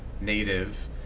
native